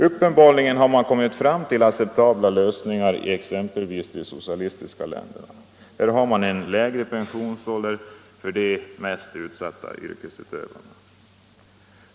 Uppenbarligen har man kommit fram till acceptabla lösningar i exempelvis de socialistiska länderna. Där har man lägre pensionsålder för de mest utsatta yrkesutövarna.